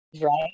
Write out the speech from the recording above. Right